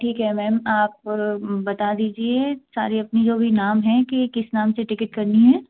ठीक है मैम आप बता दीजिए सारे अपने जो भी नाम हैं कि किस नाम से टिकेट करनी है